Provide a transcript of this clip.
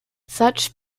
such